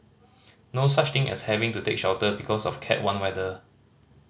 no such thing as having to take shelter because of cat one weather